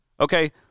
Okay